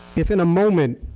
if in a moment,